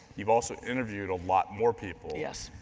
you've also interviewed a lot more people. yes.